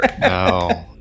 No